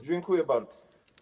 Dziękuję bardzo.